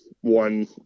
one